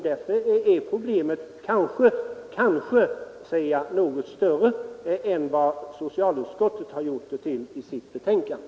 Därför är problemet kanske — kanske, säger jag — något större än vad socialutskottet har gjort det till i sitt betänkande.